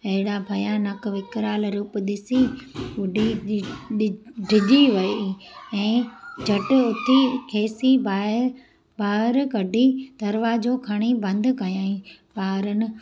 अहिड़ा भयानक विकराल रूप ॾिसी बुढी ढि ढिॼी वेई ऐं झट उथी खेसि ॿाहिरि ॿाहिरि कढी दरवाज़ि खणी बंदि कयई ॿारनि